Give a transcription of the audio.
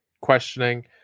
questioning